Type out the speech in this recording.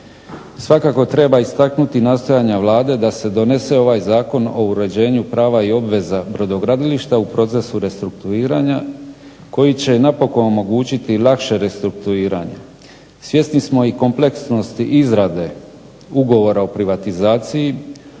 Svakako treba istaknuti nastojanja Vlade da se donese ovaj Zakon o uređenju prava pa i obveza brodogradilišta u procesu restrukturiranja koji će napokon omogućiti lakše restrukturiranje. Svjesni smo i kompleksnosti izrade ugovora o privatizaciji,